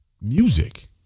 music